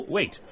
Wait